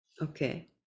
Okay